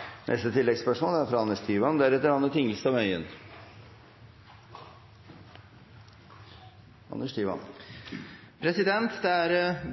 Anders Tyvand – til oppfølgingsspørsmål. Det er